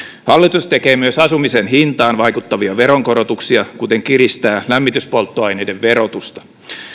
hallitus tekee myös asumisen hintaan vaikuttavia veronkorotuksia kuten kiristää lämmityspolttoaineiden verotusta